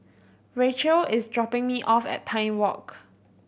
Rachael is dropping me off at Pine Walk